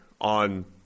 on